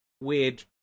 weird